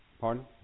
pardon